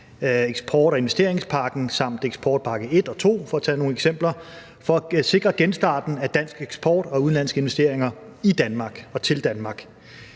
eksport- og investeringspakken samt eksportpakke I og II, for at tage nogle eksempler – for at sikre genstarten af dansk eksport og udenlandske investeringer i Danmark og til Danmark.